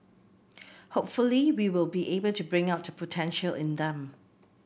hopefully we will be able to bring out the potential in them